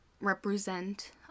represent